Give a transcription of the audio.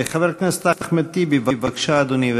חבר הכנסת אחמד טיבי, בבקשה, אדוני.